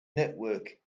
network